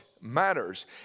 matters